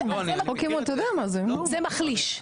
זה מחליש,